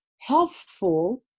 helpful